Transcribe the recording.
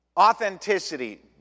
Authenticity